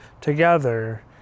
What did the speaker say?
together